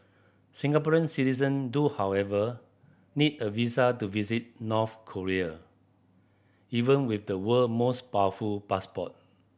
Singaporean citizen do however need a visa to visit North Korea even with the world most powerful passport